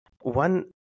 One